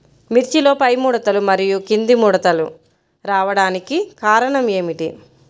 మిర్చిలో పైముడతలు మరియు క్రింది ముడతలు రావడానికి కారణం ఏమిటి?